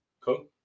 Cool